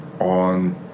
on